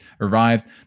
arrived